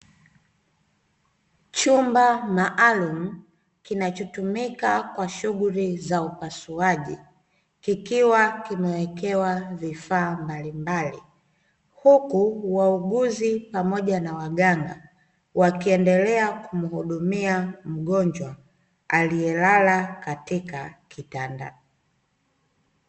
Chumba maalumu kinachotumika kwa shughuli za upasuaji, kikiwa kimewekewa vifaa mbalimbali. Huku wauguzi pamoja na waganga wakiendelea kumhudumia mgonjwa, aliyelala katika kitanda.